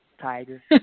tiger